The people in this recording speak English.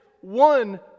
one